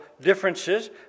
differences